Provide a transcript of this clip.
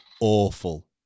awful